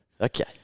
Okay